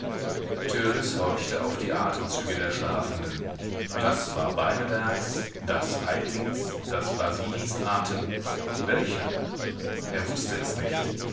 horchte auf die atemzüge der schlafenden das war beinebergs das reitings das basinis atem welcher er wußte es nicht